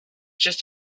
just